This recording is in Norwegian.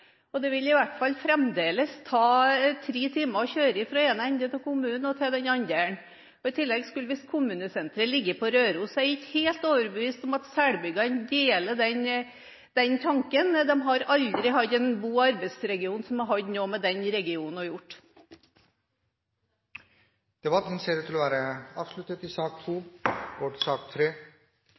og det vil fremdeles ta i hvert fall tre timer å kjøre fra den ene enden av kommunen til den andre. I tillegg skulle visst kommunesenteret ligge på Røros. Jeg er ikke helt overbevist om at selbyggene deler den tanken. De har aldri hatt en bo- og arbeidsregion som har hatt noe med den regionen å gjøre. Flere har ikke bedt om ordet til sak nr. 2. I denne saken ber Fremskrittspartiet regjeringen om å